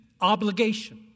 obligation